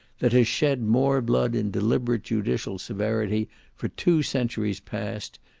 that has shed more blood in deliberate judicial severity for two centuries past,